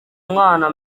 mwana